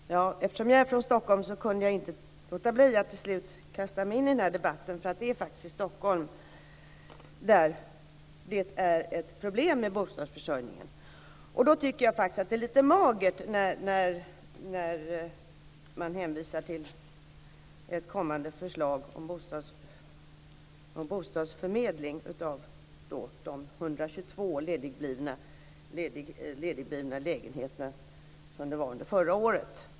Fru talman! Eftersom jag är från Stockholm kunde jag inte låta bli att till slut kasta mig in i debatten. Det är i Stockholm det är problem med bostadsförsörjningen. Det är lite magert när man hänvisar till ett kommande förslag om bostadsförmedling av de 122 ledigblivna lägenheterna, som det var under förra året.